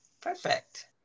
Perfect